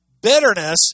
bitterness